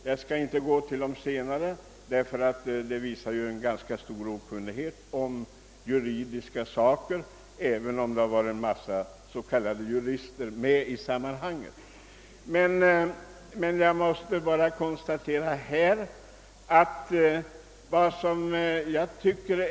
Jag skall inte gå in på de senare utredningarna, eftersom de ger prov på ganska stor okunnighet i juridiska spörsmål trots att en mängd jurister varit inkopplade på dem.